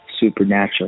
supernatural